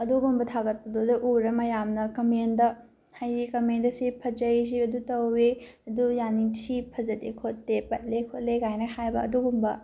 ꯑꯗꯨꯒꯨꯝꯕ ꯊꯥꯒꯠꯄꯗꯨꯗ ꯎꯔ ꯃꯌꯥꯝꯅ ꯀꯝꯃꯦꯟꯗ ꯍꯥꯏꯗꯤ ꯀꯝꯃꯦꯟꯗ ꯁꯤ ꯐꯖꯩ ꯁꯤ ꯑꯗꯨ ꯇꯧꯋꯤ ꯑꯗꯨ ꯌꯥꯅꯤꯡꯗꯦ ꯁꯤ ꯐꯖꯗꯦ ꯈꯣꯠꯇꯦ ꯄꯠꯂꯦ ꯈꯣꯠꯂꯦ ꯀꯥꯏꯅꯒ ꯍꯥꯏꯕ ꯑꯗꯨꯒꯨꯝꯕ